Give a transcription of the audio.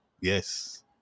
Yes